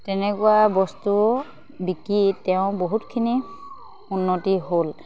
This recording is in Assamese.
তেনেকুৱা বস্তু বিকি তেওঁ বহুতখিনি উন্নতি হ'ল